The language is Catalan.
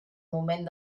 moment